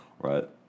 right